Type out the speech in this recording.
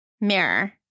Mirror